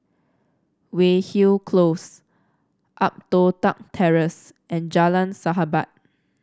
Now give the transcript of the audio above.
Weyhill Close Upper Toh Tuck Terrace and Jalan Sahabat